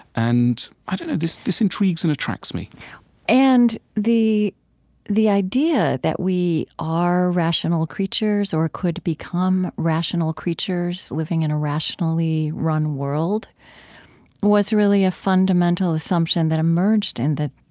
and i don't know. this this intrigues and attracts me and the the idea that we are rational creatures or could become rational creatures living in a rationally-run world was really a fundamental assumption that emerged in well,